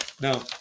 Now